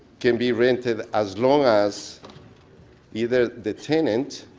can be rented as long as either the tenant